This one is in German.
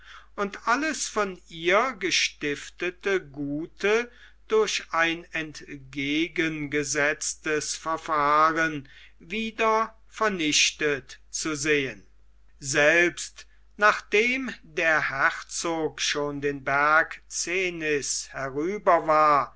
und alles von ihr gestiftete gute durch ein entgegengesetztes verfahren wieder vernichtet zu sehen selbst nachdem der herzog schon den berg cenis herüber war